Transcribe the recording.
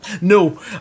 No